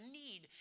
need